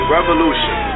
Revolution